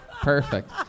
Perfect